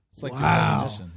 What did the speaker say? Wow